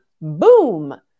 boom